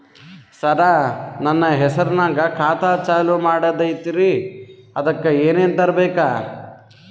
ಸರ, ನನ್ನ ಹೆಸರ್ನಾಗ ಖಾತಾ ಚಾಲು ಮಾಡದೈತ್ರೀ ಅದಕ ಏನನ ತರಬೇಕ?